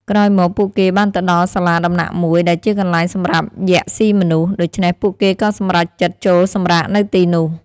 ក្រោយមក ពួកគេបានទៅដល់សាលាដំណាក់មួយដែលជាកន្លែងសម្រាប់យក្សស៊ីមនុស្ស ដូច្នេះពួកគេក៏សម្រេចចិត្តចូលសម្រាកនៅទីនោះ។